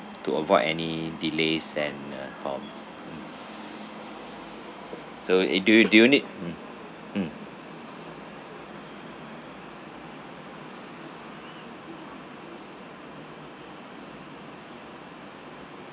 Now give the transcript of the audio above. to avoid any delays and uh form mm so uh do you do you need mm mm